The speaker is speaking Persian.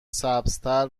سبزتر